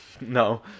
No